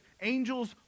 angels